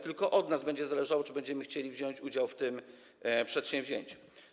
Tylko od nas będzie zależało, czy będziemy chcieli wziąć udział w tym przedsięwzięciu.